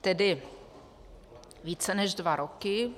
Tedy více než dva roky.